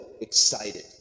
excited